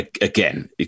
Again